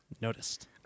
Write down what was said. Noticed